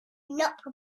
not